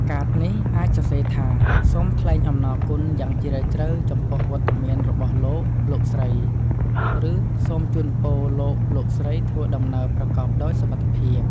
កាតនេះអាចសរសេរថា "សូមថ្លែងអំណរគុណយ៉ាងជ្រាលជ្រៅចំពោះវត្តមានរបស់លោក លោកស្រី" ឬ "សូមជូនពរលោក លោកស្រីធ្វើដំណើរប្រកបដោយសុវត្ថិភាព"។